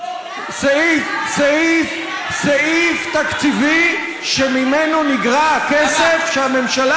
סעיף תקציבי שממנו נגרע הכסף שהממשלה